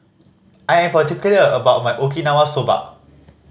I am particular about my Okinawa Soba